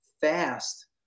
fast